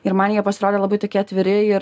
ir man jie pasirodė labai tokie atviri ir